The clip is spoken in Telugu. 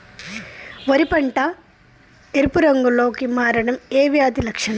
వరి పంట ఎరుపు రంగు లో కి మారడం ఏ వ్యాధి లక్షణం?